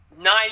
nine